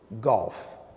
golf